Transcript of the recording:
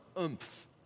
oomph